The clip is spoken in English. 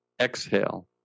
Exhale